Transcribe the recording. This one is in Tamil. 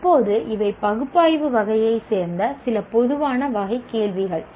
இப்போது இவை பகுப்பாய்வு வகையைச் சேர்ந்த சில பொதுவான வகை கேள்விகள்